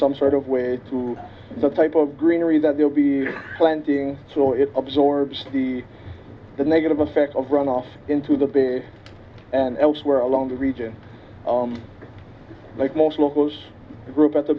some sort of way to the type of greenery that they will be planting so it absorbs the negative effect of run off into the bay and elsewhere along the region like most locals group at the